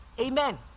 Amen